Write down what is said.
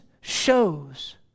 shows